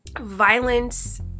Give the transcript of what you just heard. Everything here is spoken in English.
violence